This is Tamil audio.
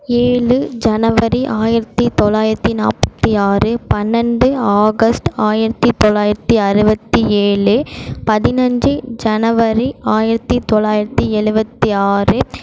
ஏழு ஜனவரி ஆயிரத்து தொளாயிரத்து நாற்பத்தி ஆறு பன்னெண்டு ஆகஸ்ட் ஆயிரத்து தொளாயிரத்து அறுபத்தி ஏழு பதினஞ்சு ஜனவரி ஆயிரத்து தொளாயிரத்து எழுபத்தி ஆறு